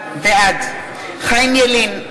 בעד חיים ילין,